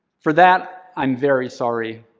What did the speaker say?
for that, i'm very sorry.